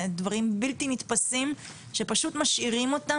אלו דברים בלתי נתפסים שפשוט משאירים אותם